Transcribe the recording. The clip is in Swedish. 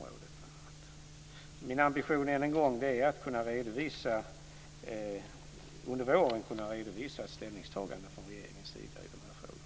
Min ambition, än en gång, är att under våren kunna redovisa ett ställningstagande från regeringen i de här frågorna.